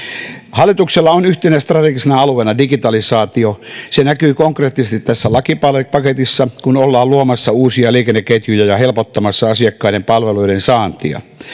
hallituksella on yhtenä strategisena alueena digitalisaatio se näkyy konkreettisesti tässä lakipaketissa kun ollaan luomassa uusia liikenneketjuja ja helpottamassa asiakkaiden palveluiden saantia